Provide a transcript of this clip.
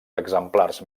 exemplars